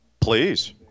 Please